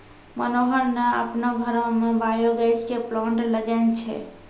मनोहर न आपनो घरो मॅ बायो गैस के प्लांट लगैनॅ छै